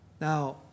Now